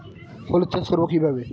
হলুদ চাষ করব কিভাবে?